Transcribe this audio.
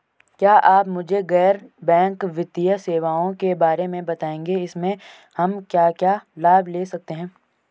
क्या आप मुझे गैर बैंक वित्तीय सेवाओं के बारे में बताएँगे इसमें हम क्या क्या लाभ ले सकते हैं?